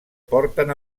porten